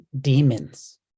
demons